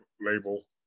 label